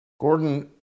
Gordon